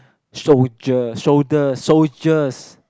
soldiers shoulder soldiers